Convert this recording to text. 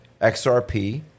XRP